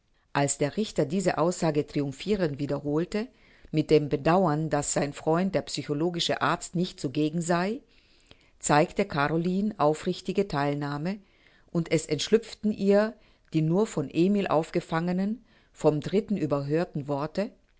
als der richter diese aussage triumphirend wiederholte mit dem bedauern daß sein freund der psychologische arzt nicht zugegen sei zeigte caroline aufrichtige theilnahme und es entschlüpften ihr die nur von emil aufgefangenen vom dritten überhörten worte